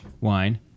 wine